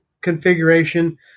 configuration